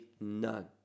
none